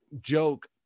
joke